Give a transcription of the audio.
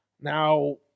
now